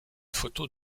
photos